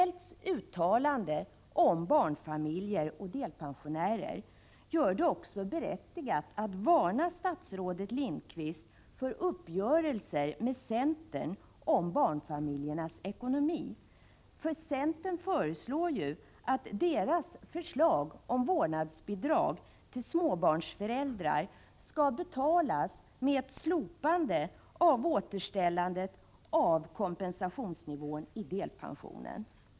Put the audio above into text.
Feldts uttalande om barnfamiljer och delpensionärer gör det också berättigat att varna statsrådet Lindqvist för uppgörelser med centern om barnfamiljernas ekonomi, eftersom centern ju föreslår att deras förslag om vårdnadsbidrag till småbarnsföräldrar skall betalas med ett slopande av återställandet av kompensationsnivån i delpensionen.